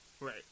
Right